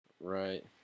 Right